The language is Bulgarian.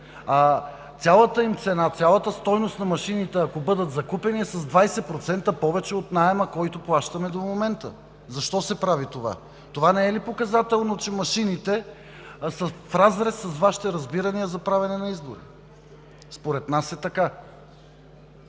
цялата им цена, цялата стойност на машините, ако бъдат закупени, е с 20% повече от наема, който плащаме до момента. Защо се прави това? Това не е ли показателно, че машините са в разрез с Вашите разбирания за правене на избори? Според нас е така.